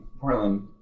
portland